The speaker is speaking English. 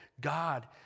God